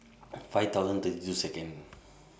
five thousand and thirty two Second